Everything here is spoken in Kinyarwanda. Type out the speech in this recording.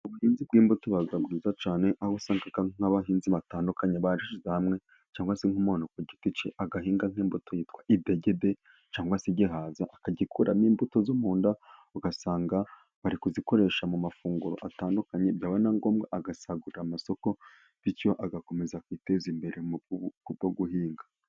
Ubuhinzi bw'imbuto buba bwiza cyane, aho usanga nk'abahinzi batandukanye bashyize hamwe, cyangwa se nk'umuntu ku giti cye agahinga nk'imbuto yitwa idegede cyangwa se igihaza, akagikuramo imbuto zo mu nda, ugasanga bari kuzikoresha mu mafunguro atandukanye, byaba na ngombwa agasagurira amasoko, bityo agakomeza kwiteza imbere ku bwo guhinga.